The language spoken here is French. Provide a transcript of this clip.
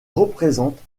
représente